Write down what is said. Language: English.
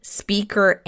speaker